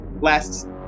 last